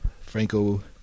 franco